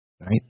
Right